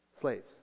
Slaves